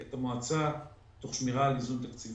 הוא מנהל את המועצה תוך שמירה על איזון תקציבי,